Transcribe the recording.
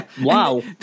Wow